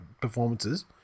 performances